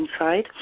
inside